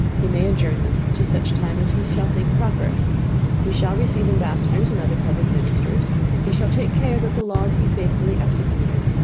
he may adjourn them to such time as he shall think proper he shall receive ambassadors and other public ministers he shall take care that the laws be faithfully executed,